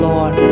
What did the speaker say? Lord